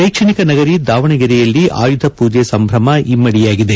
ಶೈಕ್ಷಣಿಕ ನಗರಿ ದಾವಣಗೆರೆಯಲ್ಲಿ ಆಯುಧ ಪೂಜೆ ಸಂಭ್ರಮ ಇಮ್ಮಡಿಯಾಗಿದೆ